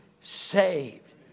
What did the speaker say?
saved